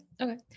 okay